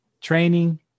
training